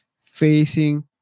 facing